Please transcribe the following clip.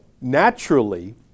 Naturally